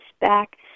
back